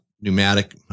pneumatic